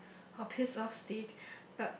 of piss off state but